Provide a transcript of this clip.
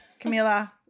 Camila